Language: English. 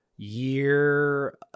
Year